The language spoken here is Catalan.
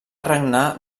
regnar